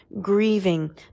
grieving